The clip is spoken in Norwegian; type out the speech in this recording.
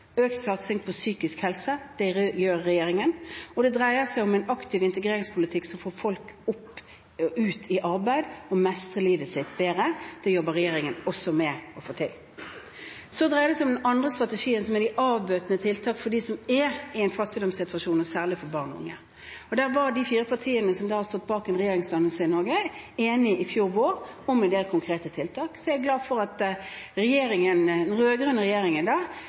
økt satsing på psykisk helse – det gjør regjeringen. Det handler også om en aktiv integreringspolitikk som får folk ut i arbeid, og som gjør at folk mestrer livet sitt bedre. Det jobber regjeringen også med å få til. Den andre strategien er de avbøtende tiltakene for dem som er i en fattigdomssituasjon, særlig barn og unge. De fire partiene som har stått bak en regjeringsdannelse i Norge, var i fjor vår enige om en del konkrete tiltak, og jeg er glad for at den rød-grønne regjeringen